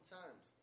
times